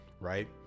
Right